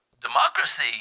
democracy